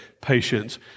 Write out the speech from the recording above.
patience